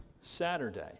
Saturday